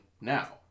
now